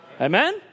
Amen